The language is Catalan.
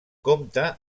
compta